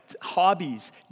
hobbies